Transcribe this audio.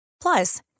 Plus